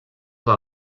del